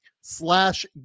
slash